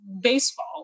baseball